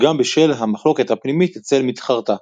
גם בשל המחלוקת הפנימית אצל מתחרתה.